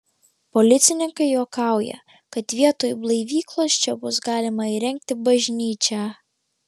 policininkai juokauja kad vietoj blaivyklos čia bus galima įrengti bažnyčią